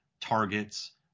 targets